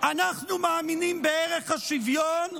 אנחנו מאמינים בערך השוויון,